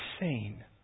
insane